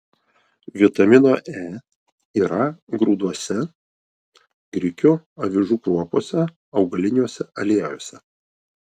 vitamino e yra grūduose grikių avižų kruopose augaliniuose aliejuose